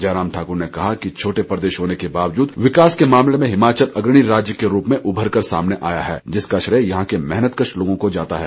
जयराम ठाकुर ने कहा कि छोटा प्रदेश होने के बावजूद विकास के मामले में हिमाचल अग्रणी राज्य के रूप में उभरकर सामने आया है जिसका श्रेय यहां के मेहनकश लोगों का जाता है